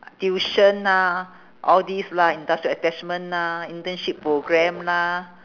tuition ah all these lah industrial attachment lah internship programme lah